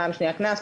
פעם שניה קנס,